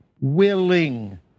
Willing